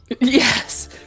Yes